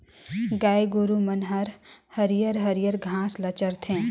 गाय गोरु मन हर हरियर हरियर घास ल चरथे